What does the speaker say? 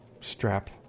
strap